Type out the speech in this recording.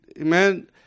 Amen